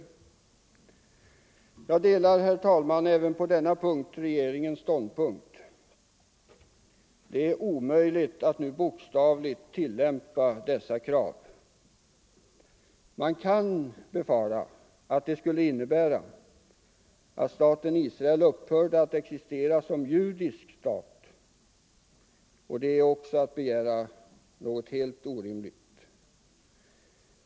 22 november 1974 Jag delar, herr talman, även i detta avseende regeringens ståndpunkt. Det är omöjligt att nu bokstavligt tillämpa dessa krav. Man kan befara — Ang. läget i att det skulle innebära att staten Israel upphörde att existera som en Mellersta Östern, judisk stat. Det är också att begära något helt orimligt.